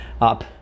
up